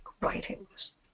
writings